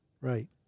Right